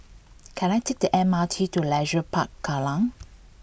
can I take the M R T to Leisure Park Kallang